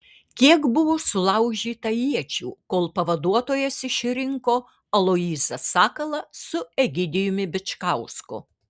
kiek buvo sulaužyta iečių kol pavaduotojas išrinko aloyzą sakalą su egidijumi bičkausku